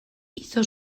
hizo